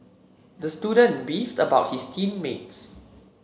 the student beefed about his team mates